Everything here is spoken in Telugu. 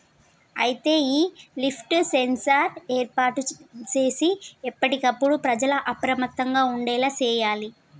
అయితే ఈ లిఫ్ట్ సెన్సార్ ఏర్పాటు సేసి ఎప్పటికప్పుడు ప్రజల అప్రమత్తంగా ఉండేలా సేయాలి